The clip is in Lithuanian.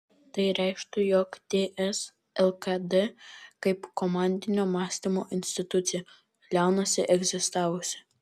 tai reikštų jog ts lkd kaip komandinio mąstymo institucija liaunasi egzistavusi